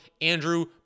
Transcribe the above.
Andrew